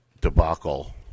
debacle